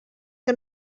que